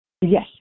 Yes